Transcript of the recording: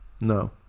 No